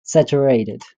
saturated